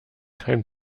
kein